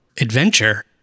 adventure